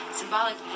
symbolic